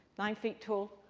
nine feet tall.